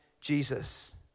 Jesus